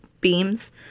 beams